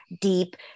deep